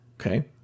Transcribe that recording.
Okay